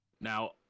Now